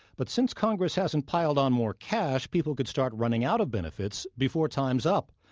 but since congress hasn't piled on more cash, people could start running out of benefits before time's up.